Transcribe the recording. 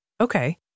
Okay